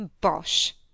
Bosh